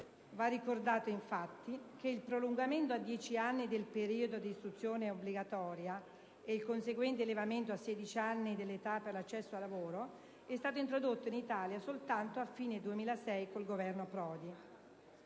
Va ricordato infatti che il prolungamento a dieci anni del periodo di istruzione obbligatoria (e il conseguente elevamento a 16 anni dell'età per l'accesso al lavoro) è stato introdotto in Italia soltanto a fine 2006 dal Governo Prodi.